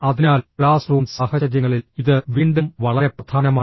അതിനാൽ ക്ലാസ്റൂം സാഹചര്യങ്ങളിൽ ഇത് വീണ്ടും വളരെ പ്രധാനമാണ്